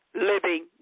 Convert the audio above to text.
living